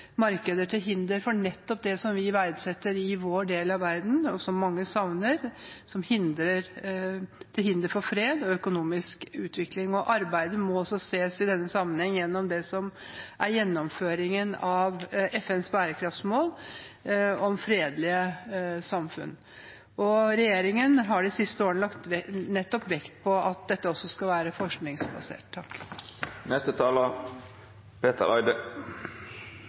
markeder er til hinder for nettopp det som vi verdsetter i vår del av verden, og som mange savner: fred og økonomisk utvikling. Arbeidet må i denne sammenheng ses i lys av gjennomføringen av FNs bærekraftsmål om fredelige samfunn. Regjeringen har de siste årene nettopp lagt vekt på at dette også skal være forskningsbasert.